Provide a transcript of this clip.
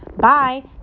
Bye